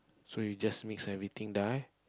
so you just mix everything there